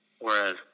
Whereas